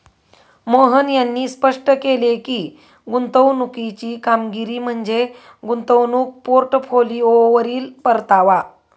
मोहन यांनी स्पष्ट केले की, गुंतवणुकीची कामगिरी म्हणजे गुंतवणूक पोर्टफोलिओवरील परतावा